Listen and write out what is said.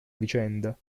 vicenda